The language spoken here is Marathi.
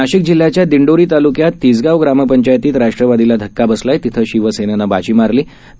नाशिकजिल्ह्याच्यादिंडोरीताल्क्याततिसगावग्रामपंचायतीतराष्ट्रवादीलाधक्काबसलाआहे तिथंशिवसेनेनंबाजीमारलीआहे